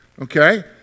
Okay